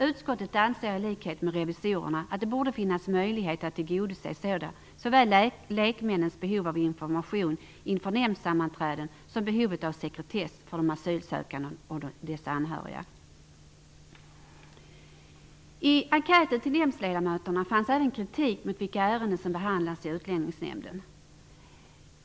Utskottet anser i likhet med revisorerna att det borde finnas möjlighet att tillgodose såväl lekmännens behov av information inför nämndsammanträden som behovet av sekretess för de asylsökande och deras anhöriga. I enkäten till nämndledamöterna fanns även kritik mot vilka ärenden som behandlas i Utlänningsnämnden.